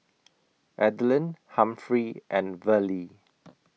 Adelyn Humphrey and Verlie